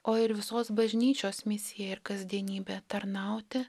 o ir visos bažnyčios misija ir kasdienybė tarnauti